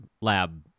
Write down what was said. Lab